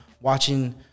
watching